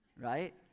right